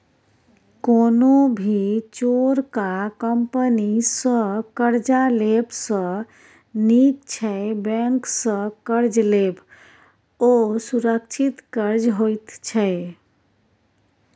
कोनो भी चोरका कंपनी सँ कर्जा लेब सँ नीक छै बैंक सँ कर्ज लेब, ओ सुरक्षित कर्ज होइत छै